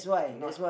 not